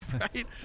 right